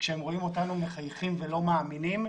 וכשהם רואים אותנו מחייכים ולא מאמינים,